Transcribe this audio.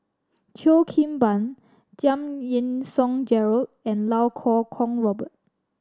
Cheo Kim Ban Giam Yean Song Gerald and Lau Kuo Kwong Robert